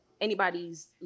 anybody's